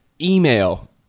email